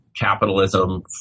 capitalism